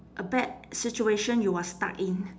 a bad situation you are stuck in